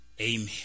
Amen